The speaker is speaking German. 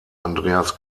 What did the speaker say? andreas